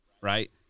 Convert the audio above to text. right